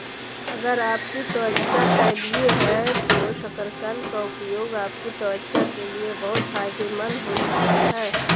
अगर आपकी त्वचा तैलीय है तो शकरकंद का उपयोग आपकी त्वचा के लिए बहुत फायदेमंद हो सकता है